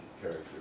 character